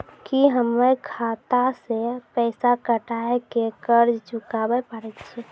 की हम्मय खाता से पैसा कटाई के कर्ज चुकाबै पारे छियै?